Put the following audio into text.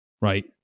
Right